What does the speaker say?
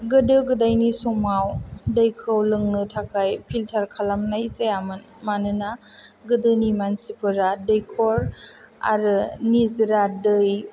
गोदो गोदायनि समाव दैखौ लोंनो थाखाय फिल्टार खालामनाय जायामोन मानोना गोदोनि मानसिफोरा दैखर आरो निजोरा दै